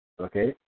okay